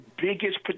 biggest